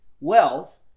wealth